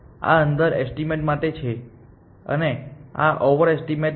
આ underestimate માટે છે અને આ ઓવર એસ્ટીમેટ છે